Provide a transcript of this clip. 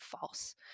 false